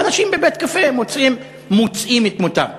ואנשים בבית-קפה מוצאים את מותם,